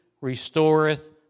restoreth